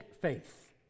faith